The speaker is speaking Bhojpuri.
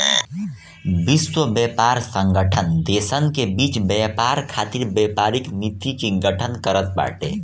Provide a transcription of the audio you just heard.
विश्व व्यापार संगठन देसन के बीच व्यापार खातिर व्यापारिक नीति के गठन करत बाटे